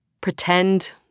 pretend